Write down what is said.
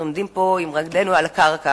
אנחנו עומדים פה עם רגלינו על קרקע,